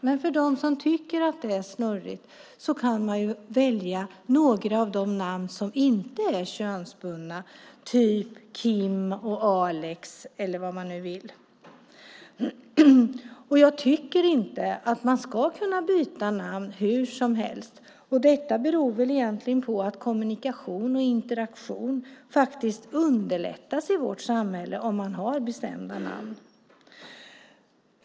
Men för dem som tycker att det är snurrigt går det ju att välja några av de namn som inte är könsbundna, typ Kim, Alex eller vad man nu vill. Jag tycker inte att man ska kunna byta namn hur som helst. Detta beror på att kommunikation och interaktion faktiskt underlättas i vårt samhälle om man har bestämda namn.